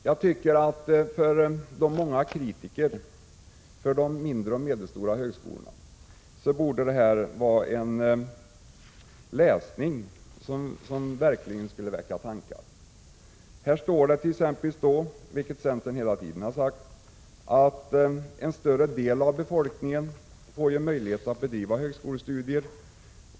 För de många människor som kritiserar de mindre och medelstora högskolorna borde denna rapport vara en tankeväckande läsning. Här står exempelvis, vilket centern hela tiden har framhållit, att en större del av befolkningen får möjlighet att bedriva högskolestudier.